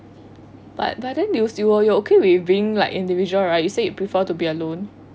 but but then you you will okay with being individual right you say you prefer to be alone